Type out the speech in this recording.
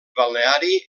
balneari